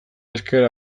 ezker